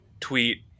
tweet